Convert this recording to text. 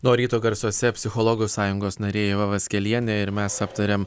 na o ryto garsuose psichologų sąjungos narė ieva vaskelienė ir mes aptariam